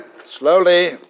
Slowly